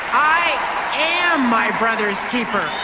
i am my brother's keeper.